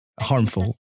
harmful